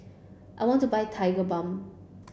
I want to buy Tigerbalm